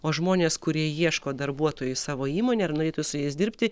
o žmonės kurie ieško darbuotojų savo įmonei ar norėtų su jais dirbti